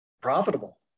profitable